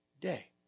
day